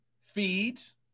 feeds